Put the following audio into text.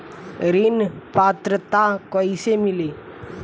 ऋण पात्रता कइसे मिली?